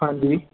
ਹਾਂਜੀ